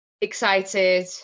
excited